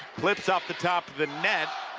clips off the top of the net,